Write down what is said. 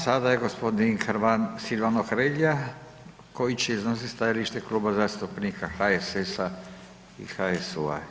Sada je gospodin Silvano Hrelja koji će iznositi stajalište Kluba zastupnika HSS-a i HSU-a.